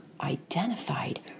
identified